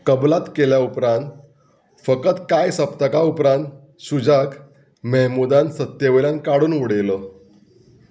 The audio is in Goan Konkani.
कबलात केल्या उपरांत फकत कांय सप्तकां उपरांत शुजाक मेहमुदान सत्ते वयल्यान काडून उडयलो